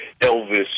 Elvis